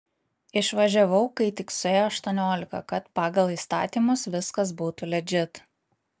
išvažiavau kai tik suėjo aštuoniolika kad pagal įstatymus viskas būtų ledžit